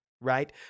right